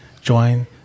Join